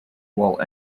while